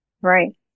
Right